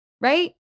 right